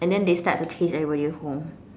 and then they start to chase everybody home